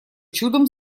чудом